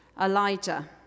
Elijah